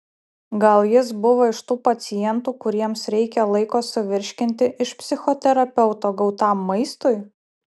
gal jis buvo iš tų pacientų kuriems reikia laiko suvirškinti iš psichoterapeuto gautam maistui